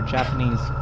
Japanese